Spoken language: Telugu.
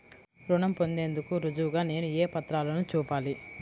రుణం పొందేందుకు రుజువుగా నేను ఏ పత్రాలను చూపాలి?